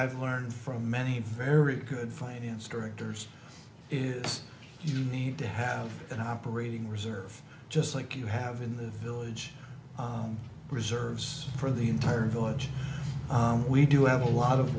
i've learned from many very good finance directors is you need to have an operating reserve just like you have in the village reserves for the entire village we do have a lot of